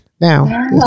Now